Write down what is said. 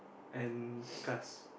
and cast